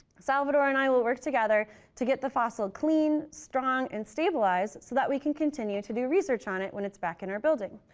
salvador and i will work together to get the fossil clean, strong and stabilized, so that we can continue to do research on it when it's back in our building.